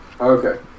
Okay